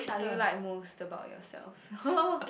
did you like most about yourself